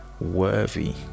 worthy